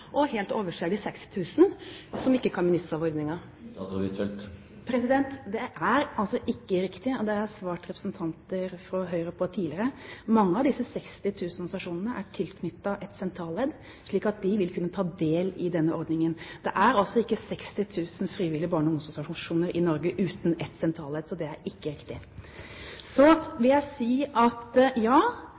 og helt overser de 60 000 som ikke kan benytte seg av ordningen? Det er ikke riktig – og det har jeg svart representanter fra Høyre på tidligere. Mange av disse 60 000 organisasjonene er tilknyttet et sentralledd, slik at de vil kunne ta del i denne ordningen. Det er ikke 60 000 frivillige barne- og ungdomsorganisasjoner i Norge uten et sentralledd. Så det er ikke riktig. Så vil jeg si at ja,